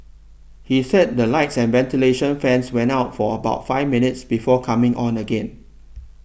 he said the lights and ventilation fans went out for about five minutes before coming on again